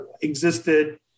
existed